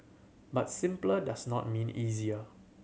but simpler does not mean easier